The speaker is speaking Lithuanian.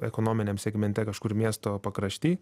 ekonominiam segmente kažkur miesto pakrašty